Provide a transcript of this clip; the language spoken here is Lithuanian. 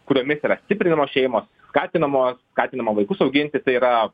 kuriomis yra stiprinamos šeimos skatinamos skatinamos vaikus auginti tai yra